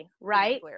Right